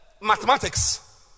Mathematics